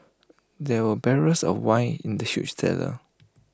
there were barrels of wine in the huge cellar